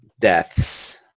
deaths